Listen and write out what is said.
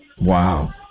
Wow